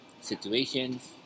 situations